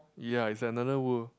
ya is another world